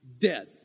dead